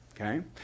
okay